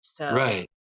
Right